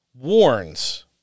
warns